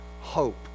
hope